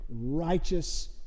righteous